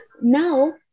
Now